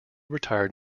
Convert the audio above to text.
retired